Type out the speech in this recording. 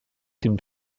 dem